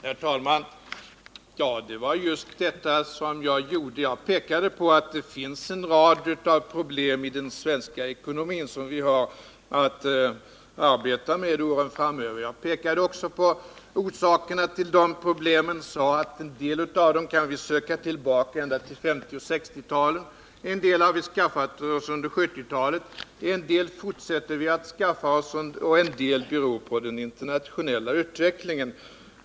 Herr talman! Det var just detta jag gjorde. Jag pekade på att det finns en rad av problem i den svenska ekonomin som vi har att arbeta med åren framöver. Jag pekade också på orsakerna till dessa problem. Jag sade att orsakerna delvis kan sökas så långt tillbaka som på 1950 och 1960-talen. En del orsaker hänför sig till 1970-talet, en del uppkommer nu, och andra beror på den internationella utvecklingen.